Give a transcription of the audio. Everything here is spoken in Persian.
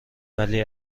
ولی